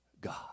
God